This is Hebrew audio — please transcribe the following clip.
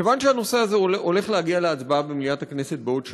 כיוון שהנושא הזה הולך להגיע להצבעה במליאת הכנסת בעוד שבוע,